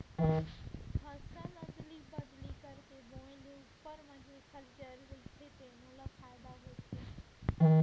फसल अदली बदली करके बोए ले उप्पर म जेखर जर रहिथे तेनो ल फायदा होथे